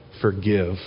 forgive